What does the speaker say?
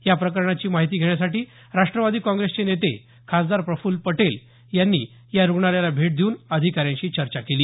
याप्रकणाची माहिती घेण्यासाठी राष्ट्रवादी काँग्रेसचे नेते खासदार प्रफुल पटेल यानी या रुग्णालयाला भेट देऊन अधिकाऱ्यांशी चर्चा केली